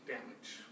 damage